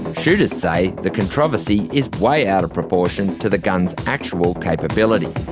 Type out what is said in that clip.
shooters say the controversy is way out of proportion to the gun's actual capability.